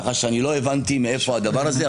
ככה שלא הבנתי מאיפה הדבר הזה.